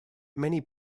many